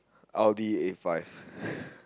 audi the a five